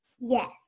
Yes